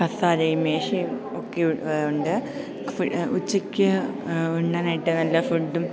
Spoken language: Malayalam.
കസേരയും മേശയുമൊക്കെ ഉണ്ട് ഉച്ചയ്ക്ക് ഉണ്ണാനായിട്ട് നല്ല ഫുഡും